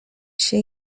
się